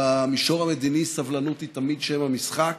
במישור המדיני, סבלנות היא תמיד שם המשחק.